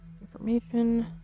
information